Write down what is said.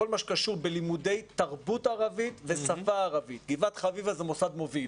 בכל מה שקשור בלימודי תרבות ערבית ושפה ערבית גבעת חביבה זה מוסד מוביל,